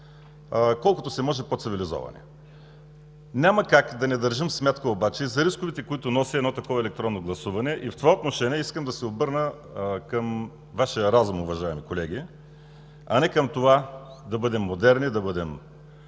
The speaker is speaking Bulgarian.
колкото се може по-цивилизовани. Няма как да не държим сметка обаче и за рисковете, които носи едно такова електронно гласуване. В това отношение искам да се обърна към Вашия разум, уважаеми колеги, а не към това да бъдем модерни, да бъдем